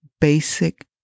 basic